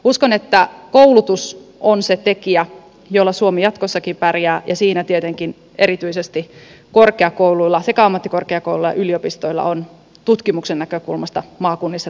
uskon että koulutus on se tekijä jolla suomi jatkossakin pärjää ja siinä tietenkin erityisesti korkeakouluilla sekä ammattikorkeakouluilla että yliopistoilla on tutkimuksen näkökulmasta maakunnissa tärkeä rooli